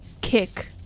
kick